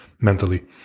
mentally